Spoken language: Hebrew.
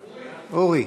אורי,